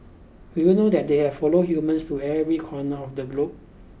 did you know that they have followed humans to every corner of the globe